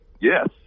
Yes